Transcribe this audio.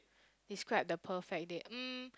describe the perfect date mm